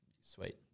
sweet